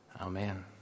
Amen